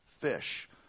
fish